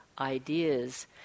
ideas